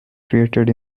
created